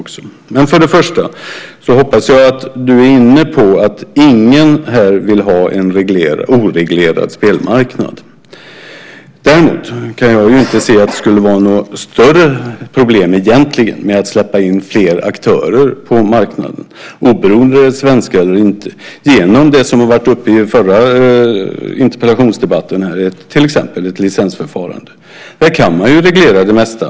Först och främst hoppas jag att du är inne på att ingen här vill ha en oreglerad spelmarknad. Däremot kan jag inte se att det egentligen skulle vara några större problem med att släppa in fler aktörer på marknaden, oberoende av om de är svenska eller inte. I den förra interpellationsdebatten togs upp att det till exempel kunde ske genom ett licensförfarande. Där kan man reglera det mesta.